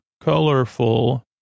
colorful